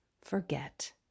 forget